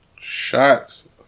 Shots